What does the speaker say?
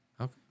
Okay